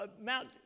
mount